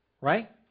right